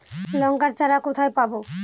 লঙ্কার চারা কোথায় পাবো?